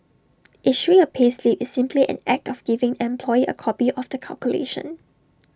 issuing A payslip is simply an act of giving employee A copy of the calculation